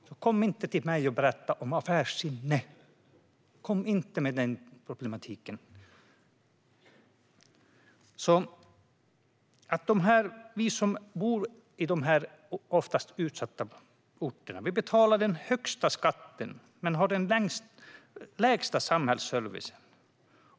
Så kom inte och berätta för mig om affärssinne! Kom inte med den problematiken! Vi som bor i de här oftast utsatta orterna betalar den högsta skatten men har den lägsta samhällsservicen.